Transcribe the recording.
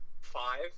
five